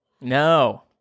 No